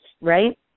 right